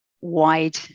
wide